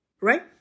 Right